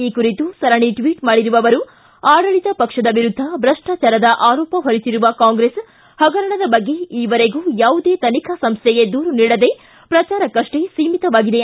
ಈ ಕುರಿತು ಸರಣಿ ಟ್ವಿಚ್ ಮಾಡಿರುವ ಅವರು ಆಡಳಿತ ಪಕ್ಷದ ವಿರುದ್ಧ ಭ್ರಷ್ಟಾಚಾರದ ಆರೋಪ ಹೊರಿಸಿರುವ ಕಾಂಗ್ರೆಸ್ ಪಗರಣದ ಬಗ್ಗೆ ಈವರೆಗೂ ಯಾವುದೇ ತನಿಖಾ ಸಂಸ್ಥೆಗೆ ದೂರು ನೀಡದೆ ಪ್ರಚಾರಕೃಷ್ಣೇ ಸೀಮಿತವಾಗಿದೆ